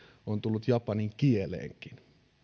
on tullut japanin kieleenkin